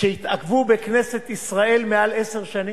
שהתעכבו בכנסת ישראל מעל עשר שנים,